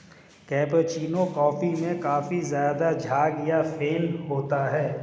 cappuccino coffee में काफी ज़्यादा झाग या फेन होता है